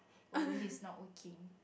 although he's not working